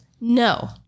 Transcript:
No